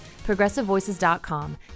ProgressiveVoices.com